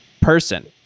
person